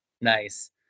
Nice